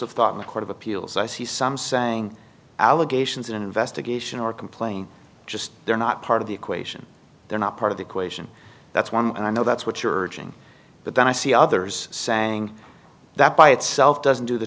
of thought in the court of appeals i see some saying allegations an investigation or complaint just they're not part of the equation they're not part of the equation that's one and i know that's what you're doing but then i see others saying that by itself doesn't do the